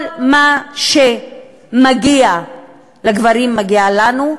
כל מה שמגיע לגברים מגיע לנו,